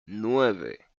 nueve